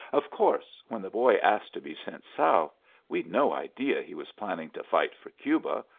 of course, when the boy asked to be sent south we'd no idea he was planning to fight for cuba!